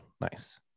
nice